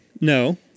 No